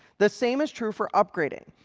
the same is true for upgrading.